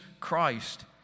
Christ